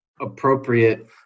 appropriate